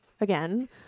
again